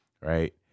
Right